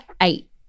eight